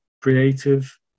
creative